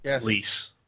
lease